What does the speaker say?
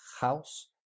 house